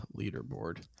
leaderboard